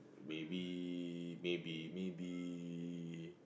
maybe maybe maybe